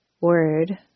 word